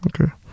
Okay